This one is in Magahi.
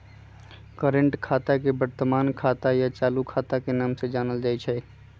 कर्रेंट खाता के वर्तमान खाता या चालू खाता के नाम से जानल जाई छई